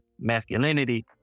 masculinity